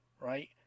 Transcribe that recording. right